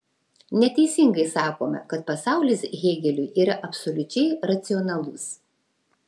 neteisingai sakome kad pasaulis hėgeliui yra absoliučiai racionalus